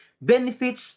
benefits